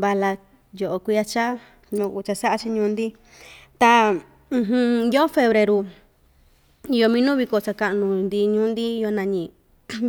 vala yoꞌo kuiya chaa yukuan kuu cha saꞌa‑chi ñuu‑ndi ta ndya febreru iyo minuu viko sakaꞌnu‑ndi ñuu‑ndi yukuan nañi